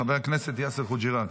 חבר הכנסת יאסר חוג'יראת.